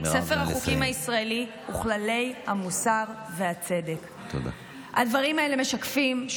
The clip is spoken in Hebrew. ספר החוקים הישראלי וכללי המוסר והצדק." מירב,